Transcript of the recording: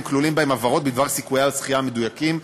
כלולים בה הבהרות בדבר סיכויי הזכייה המדויקים.